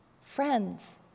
friends